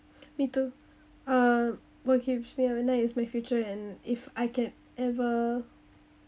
me too uh what keeps me awake at night is my future and if I can ever